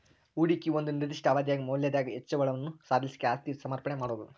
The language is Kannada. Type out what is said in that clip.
ಹೂಡಿಕಿ ಒಂದ ನಿರ್ದಿಷ್ಟ ಅವಧ್ಯಾಗ್ ಮೌಲ್ಯದಾಗ್ ಹೆಚ್ಚಳವನ್ನ ಸಾಧಿಸ್ಲಿಕ್ಕೆ ಆಸ್ತಿ ಸಮರ್ಪಣೆ ಮಾಡೊದು